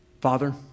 Father